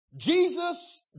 Jesus